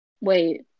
wait